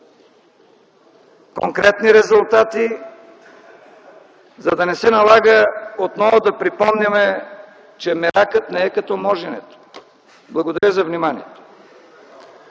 конкретни резултати, за да не се налага отново да припомняме, че: „Меракът не е като моженето!”. Благодаря за вниманието.